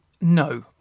no